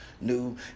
New